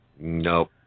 Nope